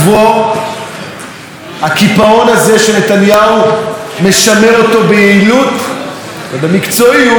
הקיפאון הזה שנתניהו משמר אותו ביעילות ובמקצועיות המון המון זמן,